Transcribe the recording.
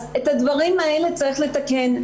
אז את הדברים האלה צריך לתקן.